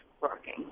working